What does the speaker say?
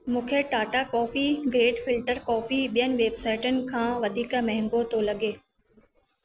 मूंखे Tata coffee grand filter coffee ॿियनि वेबसाइटुनि खां वधीक महांगो थो लॻे